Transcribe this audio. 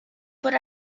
por